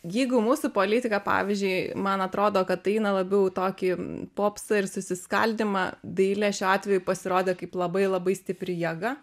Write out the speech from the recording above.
jeigu mūsų politika pavyzdžiui man atrodo kad aina labiau tokį popsą ir susiskaldymą dailė šiuo atveju pasirodė kaip labai labai stipri jėga